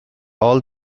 all